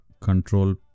control